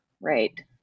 right